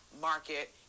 market